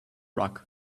rug